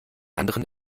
anderen